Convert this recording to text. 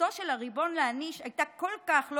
זכותו של הריבון להעניש הייתה כל כך לא